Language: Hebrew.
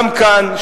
גם כאן,